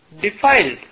defiled